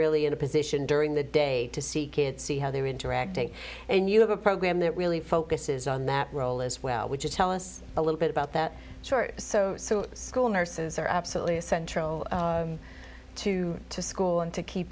really in a position during the day to see kids see how they're interacting and you have a program that really focuses on that role as well which is tell us a little bit about that short so school nurses are absolutely essential to school and to keep